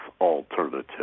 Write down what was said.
alternative